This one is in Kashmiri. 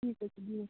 ٹھیٖک حظ چھُ بہیٛو